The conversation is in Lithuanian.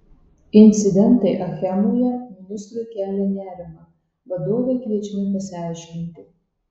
incidentai achemoje ministrui kelia nerimą vadovai kviečiami pasiaiškinti